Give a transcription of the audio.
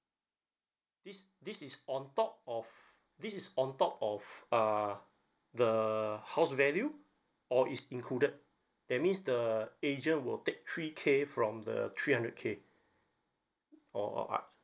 this this is on top of this is on top of uh the house value or is included that means the agent will take three K from the three hundred K or uh I